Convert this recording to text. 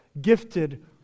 Gifted